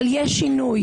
אבל יש שינוי.